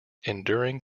enduring